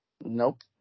nope